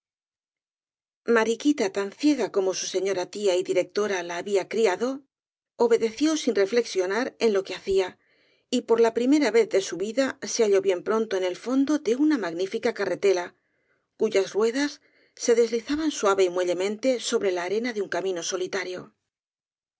mariquita tan ciega como su señora tía y directora la había criado obedeció sin reflexionar en lo que hacía y por la primera vez de su vida se halló bien pronto en el fondo de una magnífica carretela cuyas ruedas se deslizaban suave y muellemente sobre la arena de un camino solitario